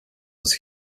his